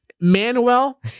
Manuel